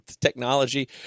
technology